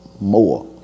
More